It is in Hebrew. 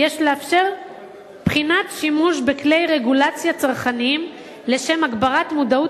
"יש לאפשר בחינת שימוש בכלי רגולציה צרכניים לשם הגברת מודעות